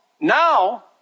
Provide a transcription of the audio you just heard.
now